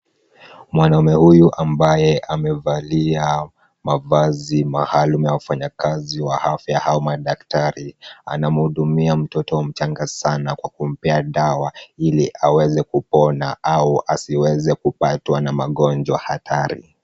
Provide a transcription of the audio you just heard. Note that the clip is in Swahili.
Mwanaume huyu ambaye amevalia mavazi maalum ya wafanyakazi wa afya au madaktari ,anamhudumia mtoto mchanga sana kwa kumpea dawa ,ili aweze kupona au asiweze kupatwa na magonjwa hatari.